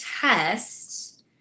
test